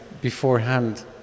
beforehand